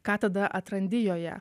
ką tada atrandi joje